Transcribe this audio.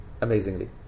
amazingly